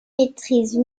maîtrise